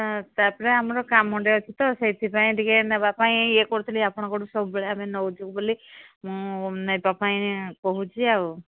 ତାପରେ ଆମର କାମଟେ ଅଛି ତ ସେଇଥିପାଇଁ ଟିକେ ନେବା ପାଇଁ ଇଏ କରୁଥିଲି ଆପଣଙ୍କଠୁ ସବୁବେଳେ ଆମେ ନେଉଛୁ ବୋଲି ମୁଁ ନେବା ପାଇଁ କହୁଛି ଆଉ